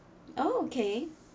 oh okay